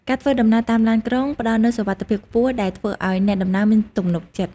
ការធ្វើដំណើរតាមឡានក្រុងផ្តល់នូវសុវត្ថិភាពខ្ពស់ដែលធ្វើឱ្យអ្នកដំណើរមានទំនុកចិត្ត។